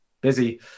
busy